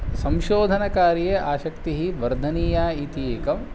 संशोधनकार्ये आसक्तिः वर्धनीया इति एकम्